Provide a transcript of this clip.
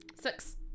Six